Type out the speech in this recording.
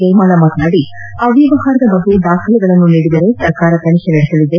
ಜಯಮಾಲಾ ಮಾತನಾಡಿ ಅವ್ಯವಹಾರದ ಬಗ್ಗೆ ದಾಖಲೆಗಳನ್ನು ನೀಡಿದರೆ ಸರ್ಕಾರ ತನಿಖೆ ನಡೆಸಲಿದೆ